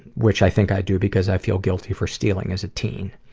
which i think i do because i feel guilty for stealing as a teen?